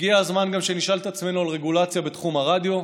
הגיע הזמן שנשאל את עצמנו גם על רגולציה בתחום הרדיו,